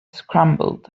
scrambled